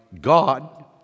God